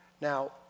Now